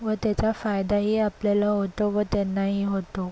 व त्याचा फायदाही आपल्याला होतो व त्यांनाही होतो